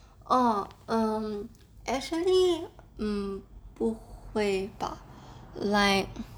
orh um actually um 不会吧 like